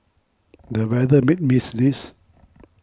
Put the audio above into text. the weather made me sneeze